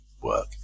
work